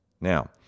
Now